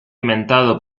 inventado